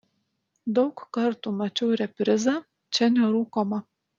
daug kartų mačiau reprizą čia nerūkoma